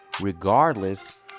Regardless